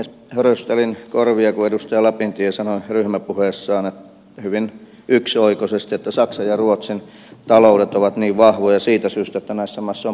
höristelin korvia kun edustaja lapintie sanoi ryhmäpuheessaan hyvin yksioikoisesti että saksan ja ruotsin taloudet ovat niin vahvoja siitä syystä että näissä maissa on paljon maahanmuuttajia